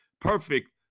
perfect